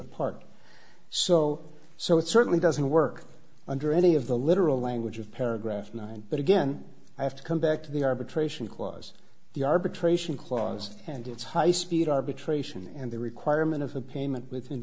apart so so it certainly doesn't work under any of the literal language of paragraph nine but again i have to come back to the arbitration clause the arbitration clause and its high speed arbitration and the requirement of a payment within